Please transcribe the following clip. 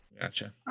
Gotcha